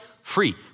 free